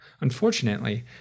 Unfortunately